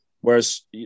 Whereas